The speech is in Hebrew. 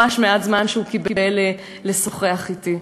ממש מעט זמן שהוא קיבל לשוחח אתי.